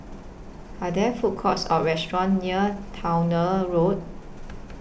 Are There Food Courts Or restaurants near Towner Road